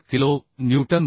kilo newton होत आहे